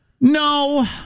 No